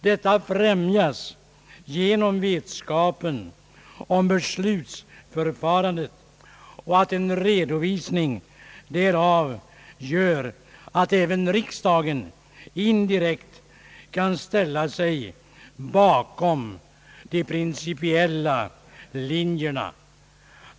Detta främjas genom vetskapen om beslutsförfarandet, och en redovisning därav gör att även riksdagen indirekt kan ställa sig bakom de principiella linjerna.